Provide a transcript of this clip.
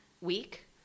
week